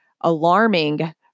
alarming